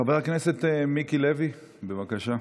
חבר הכנסת מיקי לוי, בבקשה.